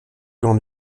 grande